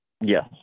Yes